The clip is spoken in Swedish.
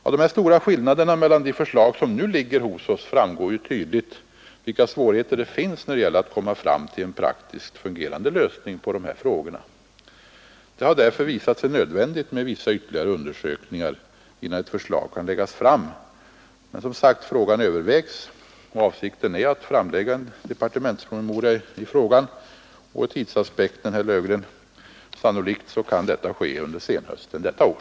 Av de stora skillnaderna mellan de förslag som nu ligger hos departementet framgår tydligt vilka svårigheter som finns när det gäller att komma fram till en praktiskt fungerande lösning av dessa frågor. Det har därför visat sig nödvändigt med vissa ytterligare undersökningar innan ett förslag kan läggas fram. Men frågan övervägs som sagt, och avsikten är att framlägga en departementspromemoria, sannolikt under senhösten detta år.